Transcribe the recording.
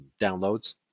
downloads